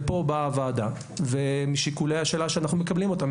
ופה באה הוועדה ומשיקוליה שלה שאנחנו מקבלים אותם,